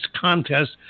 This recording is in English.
Contest